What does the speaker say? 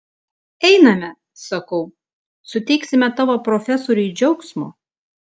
einame sakau suteiksime tavo profesoriui džiaugsmo